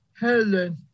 Helen